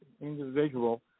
individual